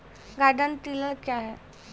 Garden tiller क्या हैं?